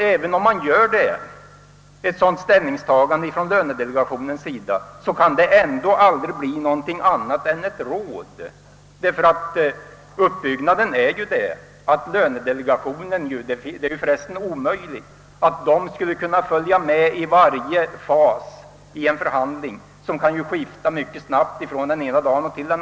— Även om lönedele gationen gör ett sådant ställningstagande, kan det aldrig bli något annat än ett råd, eftersom det är omöjligt för lönedelegationens medlemmar att följa med i varje fas i dessa förhandlingar, där ståndpunkterna kan skifta från dag till dag.